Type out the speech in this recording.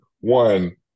One